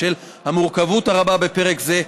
בשל המורכבות הרבה בפרק זה,